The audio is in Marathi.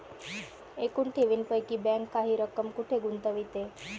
एकूण ठेवींपैकी बँक काही रक्कम कुठे गुंतविते?